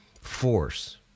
force